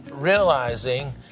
Realizing